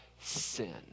sin